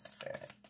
Spirit